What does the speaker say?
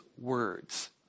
words